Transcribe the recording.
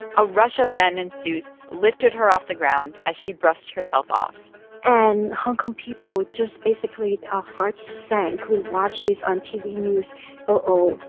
a rush of men in suits lifted her off the ground as she brushed herself off and hong kong people just basically our hearts sank. we watched this on tv news uh-oh,